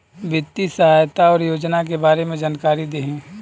वित्तीय सहायता और योजना के बारे में जानकारी देही?